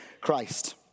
Christ